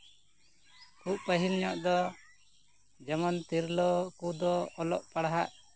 ᱠᱟᱺᱪ ᱯᱟᱦᱤᱞ ᱧᱚᱜ ᱫᱚ ᱡᱮᱢᱚᱱ ᱛᱤᱨᱞᱟᱹ ᱠᱚᱫᱚ ᱚᱞᱚᱜ ᱯᱟᱲᱟᱦᱟᱜ